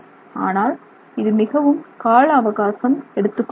ஆனால் இது மிகவும் கால அவகாசம் எடுத்துக்கொள்கிறது